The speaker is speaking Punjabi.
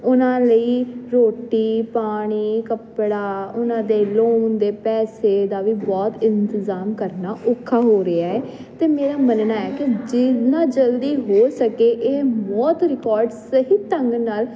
ਉਹਨਾਂ ਲਈ ਰੋਟੀ ਪਾਣੀ ਕੱਪੜਾ ਉਹਨਾਂ ਦੇ ਲੋਨ ਦੇ ਪੈਸੇ ਦਾ ਵੀ ਬਹੁਤ ਇੰਤਜ਼ਾਮ ਕਰਨਾ ਔਖਾ ਹੋ ਰਿਹਾ ਹ ਤੇ ਮੇਰਾ ਮੰਨਣਾ ਹੈ ਕਿ ਜਿੰਨਾ ਜਲਦੀ ਹੋ ਸਕੇ ਇਹ ਮੌਤ ਰਿਕਾਰਡ ਸਹੀ ਢੰਗ ਨਾਲ